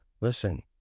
listen